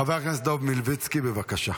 חבר הכנסת דב מלביצקי, בבקשה.